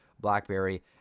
BlackBerry